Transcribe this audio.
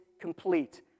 complete